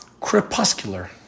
crepuscular